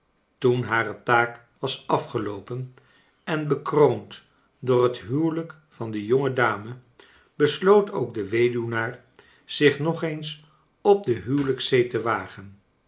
toen hare taak was afgeloopen en bekroond door het huwelijk van de jonge dame besloot ook de weduwnaar zich nog eens op de huwelijkszee te wagen